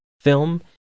film